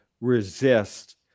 resist